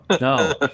no